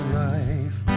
life